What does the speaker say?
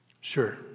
Sure